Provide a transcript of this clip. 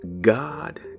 God